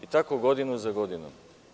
I tako godinu za godinom.